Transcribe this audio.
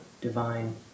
divine